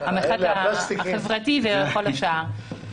המרחק החברתי וכל השאר.